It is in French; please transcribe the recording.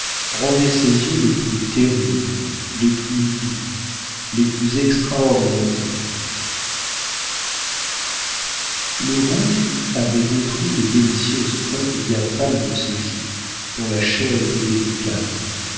rendaient ses yeux les plus terribles les plus doux les plus extraordinaires du monde le rouge avait détruit les délicieuses teintes diaphanes de ses joues dont la chair était délicate